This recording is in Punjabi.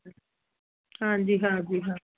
ਹਾਂਜੀ ਹਾਂਜੀ ਹਾਂ